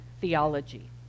theology